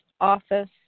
office